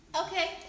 Okay